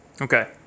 Okay